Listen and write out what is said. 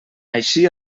així